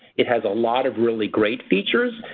it has a lot of really great features.